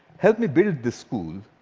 help me build this school.